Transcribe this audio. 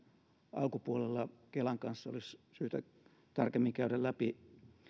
alkupuolella kelan kanssa olisi syytä tarkemmin käydä läpi